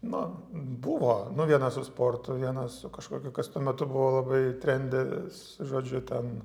nu buvo nu vienas su sportu vienas su kažkokiu kas tuo metu buvo labai trende žodžiu ten